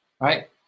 right